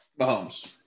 Mahomes